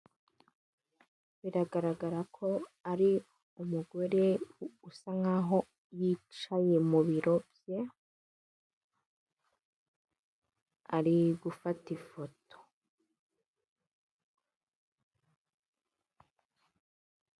Biragaragara ko ari umugore usa nk'aho yicaye mu biro bye, ari gufata ifoto.